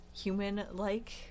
human-like